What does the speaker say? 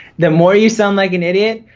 the more you sound like an idiot,